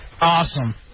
Awesome